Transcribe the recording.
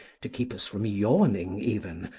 to keep us from yawning even,